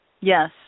Yes